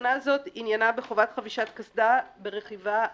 התקנה הזו עניינה בחובת חבישת קסדה ברכיבה בטרקטורון.